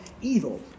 evil